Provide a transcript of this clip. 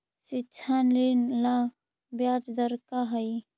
शिक्षा ऋण ला ब्याज दर का हई?